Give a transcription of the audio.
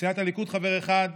סיעת הליכוד, חבר אחד,